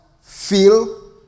feel